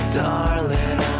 darling